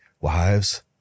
wives